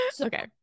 okay